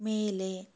ಮೇಲೆ